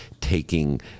taking